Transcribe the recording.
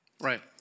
Right